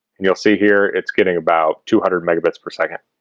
and you'll see here it's getting about two hundred megabits per second